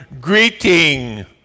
greeting